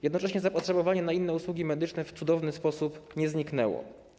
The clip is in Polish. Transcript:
Jednocześnie zapotrzebowanie na inne usługi medyczne w cudowny sposób nie zniknęło.